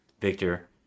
Victor